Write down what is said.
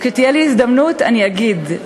וכשתהיה לי הזדמנות אני אגיד.